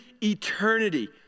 eternity